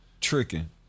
tricking